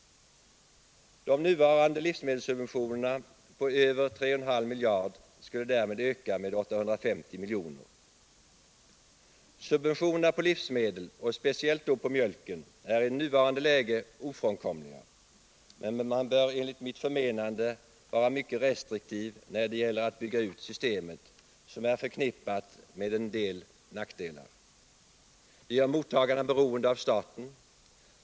De nuvarande livsmedelssubventionerna på över 3,5 miljarder skulle därmed öka med 850 miljoner. Subventionerna på livsmedel, och speciellt då på mjölken, är i nuvarande läge ofrånkomliga, men man bör enligt mitt förmenande vara mycket restriktiv när det gäller att bygga ut systemet, som är förknippat med en del nackdelar. Det gör mottagarna beroende av staten.